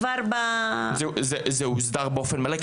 זה הוסדר באופן מלא?